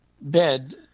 bed